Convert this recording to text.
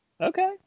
Okay